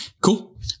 Cool